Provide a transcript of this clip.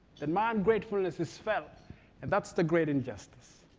and my un-gratefulness is felt and that's the great injustice.